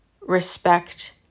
respect